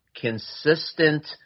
consistent